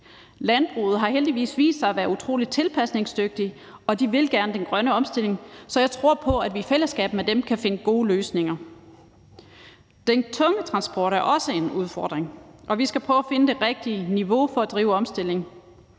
Landbruget har heldigvis vist sig at være utrolig tilpasningsdygtigt, og de vil gerne den grønne omstilling, så jeg tror på, at vi i fællesskab med dem kan finde gode løsninger. Den tunge transport er også en udfordring, og vi skal prøve at finde det rigtige niveau for at drive omstillingen.